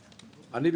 אני,